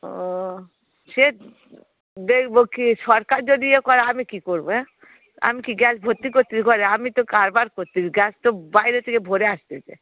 ও সে দেখব কি সরকার যদি এ করে আমি কী করব হ্যাঁ আমি কি গ্যাস ভর্তি করছি ঘরে আমি তো কারবার করছি গ্যাস তো বাইরে থেকে ভরে আসছে